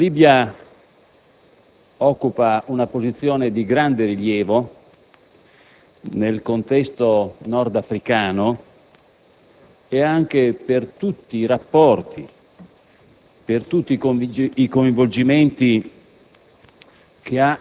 La Libia occupa una posizione di grande rilievo nel contesto nord-africano, anche per tutti i rapporti e i coinvolgimenti